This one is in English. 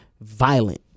violent